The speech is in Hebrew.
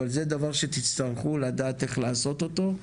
אבל זה דבר שתצטרכו לדעת איך לעשות אותו.